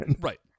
Right